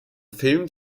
film